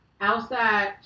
outside